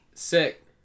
sick